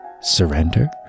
surrender